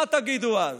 מה תגידו אז?